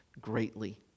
greatly